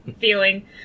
feeling